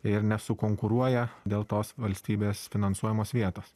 ir nesukonkuruoja dėl tos valstybės finansuojamos vietos